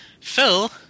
Phil